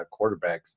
quarterbacks